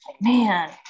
man